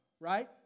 right